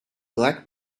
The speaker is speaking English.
black